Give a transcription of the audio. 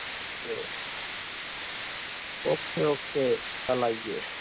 okay okay कल आइए